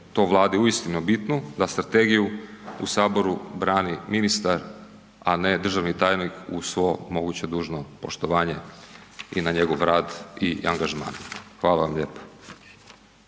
to Vladi uistinu bitno da strategiju u saboru brani ministar, a ne državni tajnik u svo moguće dužno poštovanje i na njegov rad i angažman. Hvala vam lijepo.